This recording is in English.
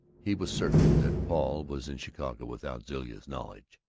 he was certain that paul was in chicago without zilla's knowledge,